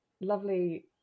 lovely